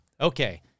Okay